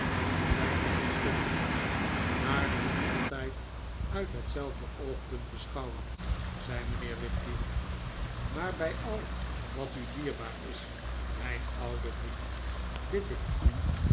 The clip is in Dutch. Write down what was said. zijn hoofd schuddend haar dus altijd uit hetzelfde oogpunt beschouwend zei mijnheer wickfield maar bij al wat u dierbaar is mijn oude vriend bid ik u